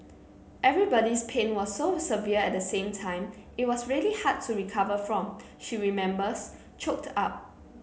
everybody's pain was so severe at the same time it was really hard to recover from she remembers choked up